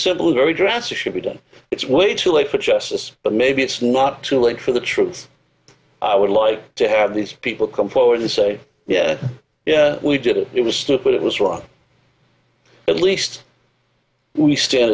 simple very drastic should be done it's way too late for justice but maybe it's not too late for the truth i would like to have these people come forward and say yeah yeah we did it it was stupid it was wrong at least we stand